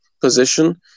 position